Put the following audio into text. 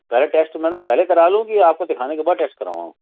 पहले टैश्ट तो मैडम पहले करा लूँ कि आपको दिखाने के बाद टेश्ट करा लूँ